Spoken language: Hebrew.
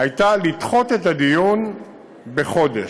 הייתה לדחות את הדיון בחודש.